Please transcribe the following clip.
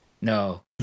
No